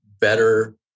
better